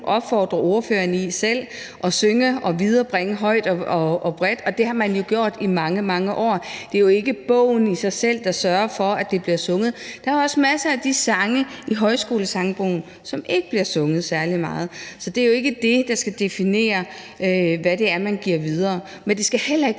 opfordre spørgeren til selv at synge og viderebringe sange højt og bredt. Og det har man jo gjort i mange, mange år. Det er jo ikke bogen i sig selv, der sørger for, at sange bliver sunget – der er masser af sange i Højskolesangbogen, som ikke bliver sunget særlig meget. Så det er jo ikke det, der skal definere, hvad det er, man giver videre. Men det skal heller ikke